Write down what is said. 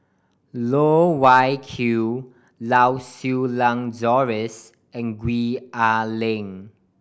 Loh Wai Kiew Lau Siew Lang Doris and Gwee Ah Leng